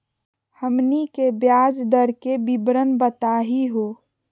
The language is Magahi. हमनी के ब्याज दर के विवरण बताही हो?